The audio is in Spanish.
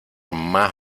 más